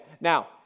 Now